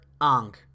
Ang